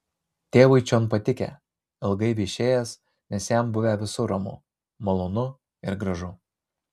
tėvui čion patikę ilgai viešėjęs nes jam buvę visur ramu malonu ir gražu